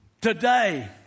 today